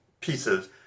pieces